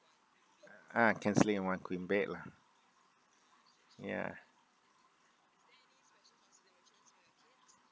uh can sleep in one queen bed lah ya